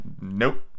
nope